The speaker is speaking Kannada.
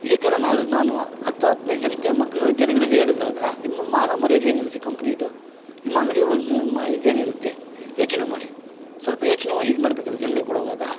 ಈ ಥರ ನಾಳೆ ನಾನು ಹತ್ತು ಹದಿನೈದು ಜನಕ್ಕೆ ಮಕ್ಳು ಜನಗಳಿಗೆ ಹೇಳಿದಾಗ ನಿಮ್ಮ ಮಾನ ಮರ್ಯಾದೆ ಏನಿರುತ್ತೆ ಕಂಪ್ನಿದು ನಿಮ್ಮ ಅಂಗಡಿ ಇದೇನಿರುತ್ತೆ ಯೋಚನೆ ಮಾಡಿ ಸ್ವಲ್ಪ ಯೋಚನೆ ಮಾಡಿ ಇದು ಮಾಡಬೇಕಲ್ಲ ಜನ್ಗಳ್ಗ್ ಕೊಡುವಾಗ